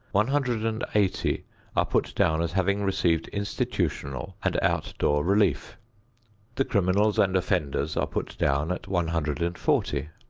one hundred and eighty are put down as having received institutional and outdoor relief the criminals and offenders are put down at one hundred and forty.